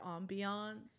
ambiance